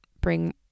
bring